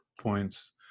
points